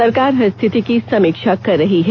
सरकार हर स्थिति की समीक्षा कर रही है